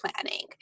planning